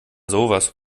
sowas